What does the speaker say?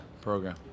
program